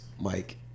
Mike